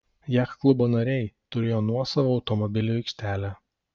jachtklubo nariai turėjo nuosavą automobilių aikštelę